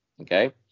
okay